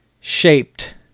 shaped